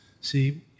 See